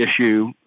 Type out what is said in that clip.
issue